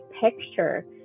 picture